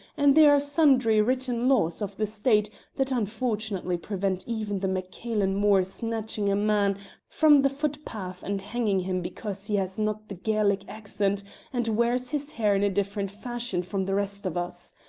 and there are sundry written laws of the state that unfortunately prevent even the mac-cailen mor snatching a man from the footpath and hanging him because he has not the gaelic accent and wears his hair in a different fashion from the rest of us.